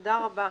תודה רבה.